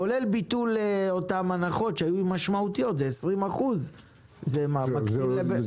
כולל ביטול אותן הנחות של 20% שהיו משמעותיות?